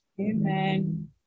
Amen